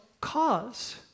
cause